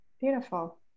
Beautiful